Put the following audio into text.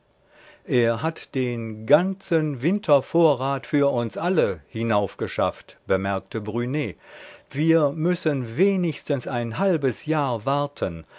er hat den ganzen wintervorrat für uns alle hinaufgeschafft bemerkte brunet wir müssen wenigstens ein halbes jahr warten